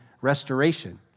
restoration